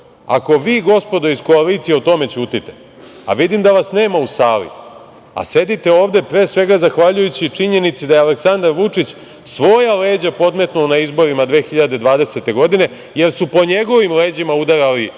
vi gospodo iz koalicije ćutite o tome, a vidim da vas nema u sali, a sedite ovde pre svega zahvaljujući činjenici da je Aleksandar Vučić, svoja leđa podmetnuo na izborima 2020. godine, jer su po njegovim leđima udarali